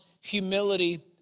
humility